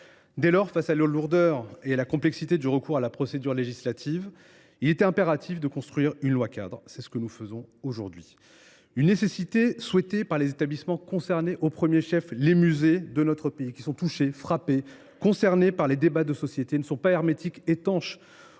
législatif. Face à la lourdeur et à la complexité du recours à la procédure législative, il était impératif de construire une loi cadre. C’est ce que nous faisons aujourd’hui. Cette nécessité est soulignée par les établissements concernés, au premier rang desquels les musées de notre pays, qui sont touchés par les débats de société, ne sont pas hermétiques aux